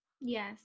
Yes